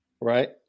right